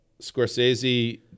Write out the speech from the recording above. Scorsese